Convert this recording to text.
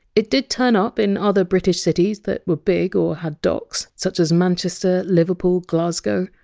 it did turn up in other british cities that were big or had docks such as manchester, liverpool, glasgow.